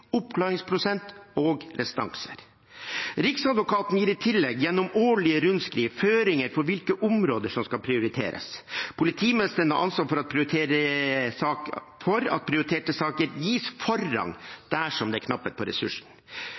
oppklaringsprosent og restanser. Riksadvokaten gir i tillegg gjennom årlige rundskriv føringer for hvilke områder som skal prioriteres. Politimesteren har ansvaret for at prioriterte saker gis forrang dersom det er knapphet på